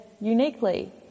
uniquely